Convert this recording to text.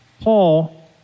Paul